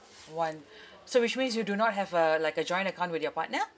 one so which means you do not have a like a joint account with your partner